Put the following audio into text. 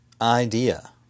idea